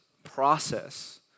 process